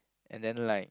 and then like